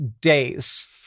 days